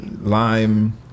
lime